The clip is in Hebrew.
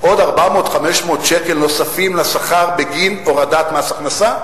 עוד 400 500 שקל נוספים בגין הורדת מס הכנסה?